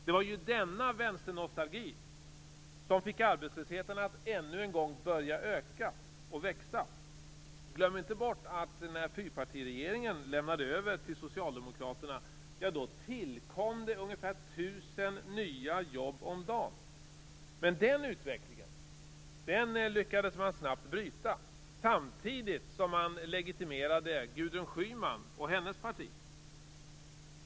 Det var ju denna vänsternostalgi som fick arbetslösheten att ännu en gång börja öka. Glöm inte bort att när fyrpartiregeringen lämnade över till Socialdemokraterna tillkom det ungefär 1 000 nya jobb om dagen! Men den utvecklingen lyckades man snabbt bryta, samtidigt som man legitimerade Gudrun Schyman och hennes parti.